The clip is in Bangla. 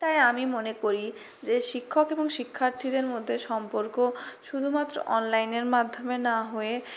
তাই আমি মনে করি যে শিক্ষক এবং শিক্ষার্থীদের মধ্যে সম্পর্ক শুধুমাত্র অনলাইনের মাধ্যমে না হয়ে